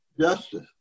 justice